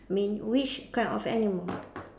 mean which kind of animal